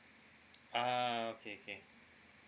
ah okay